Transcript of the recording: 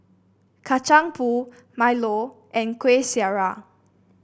Kacang Pool milo and Kuih Syara